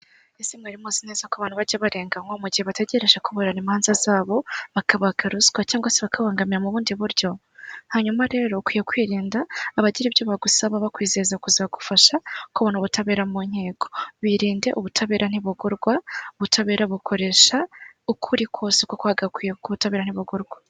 Ese mwari muzi neza ko abantu bajya barenganywa mu gihe bategereje kuburana imanza zabo bakabagaruswa cyangwa se bakabangamira mu bundi buryo? Hanyuma rero ukwiye kwirinda abagire ibyo bagusaba bakwizeza kuzagufasha kubona ubutabera mu nkiko. Biririnde ubutabera ntibukorwa, ubutabera bukoresha ukuri kose kwagakwiye kuko ubutabera ntibukorwarwa.